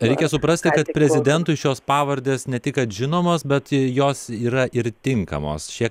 reikia suprasti kad prezidentui šios pavardės ne tik kad žinomos bet jos yra ir tinkamos šie